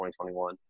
2021